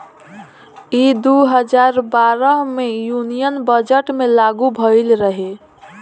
ई दू हजार बारह मे यूनियन बजट मे लागू भईल रहे